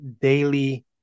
daily